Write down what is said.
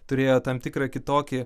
turėjo tam tikrą kitokį